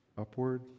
upward